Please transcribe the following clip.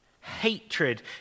hatred